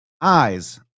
eyes